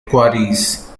quarries